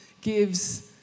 gives